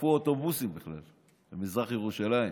שרפו אוטובוסים במזרח ירושלים.